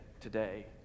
today